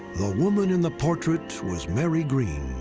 the woman in the portrait was mary greene.